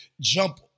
jump